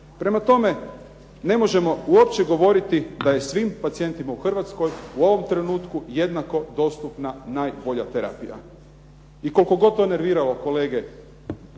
Prema tome, ne možemo uopće govoriti da je svim pacijentima u Hrvatskoj u ovom trenutku jednako dostupna najbolja terapija. I koliko god to nerviralo kolege